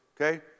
Okay